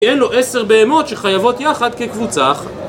אין לו עשר בהמות שחייבות יחד כקבוצה אחת